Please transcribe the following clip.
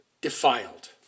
defiled